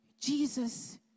Jesus